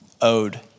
owed